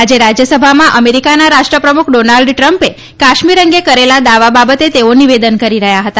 આજે રાજ્યસભામાં અમેરીકાના રાષ્ટ્રપ્રમુખ ડોનાલ્ડ દ્રમ્પે કાશ્મીર અંગે કરેલા દાવા બાબતે તેઓ નિવેદન કરી રહ્યા હતા